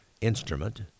instrument